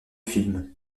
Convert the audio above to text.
film